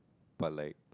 but like